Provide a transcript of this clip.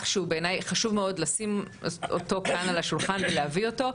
שבעיניי חשוב מאוד לשים אותו כאן על השולחן ולהביא אותו,